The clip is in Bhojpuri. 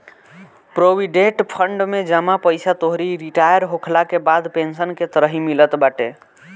प्रोविडेट फंड में जमा पईसा तोहरी रिटायर होखला के बाद पेंशन के तरही मिलत बाटे